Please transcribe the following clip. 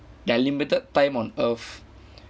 their limited time on earth